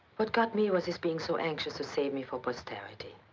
what got me was his being so anxious to save me for posterity.